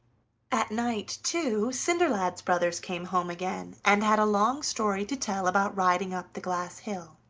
at night, too, cinderlad's brothers came home again and had a long story to tell about riding up the glass hill.